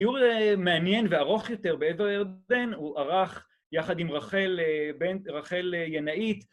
‫דיור מעניין וארוך יותר בעבר הירדן, ‫הוא ערך יחד עם רחל ינאית.